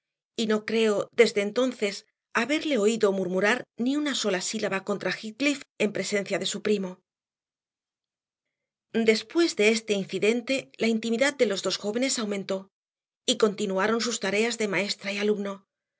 y no creo desde entonces haberle oído murmurar ni una sílaba contra heathcliff en presencia de su primo después de este incidente la intimidad de los jóvenes aumentó y continuaron sus tareas de maestra y alumno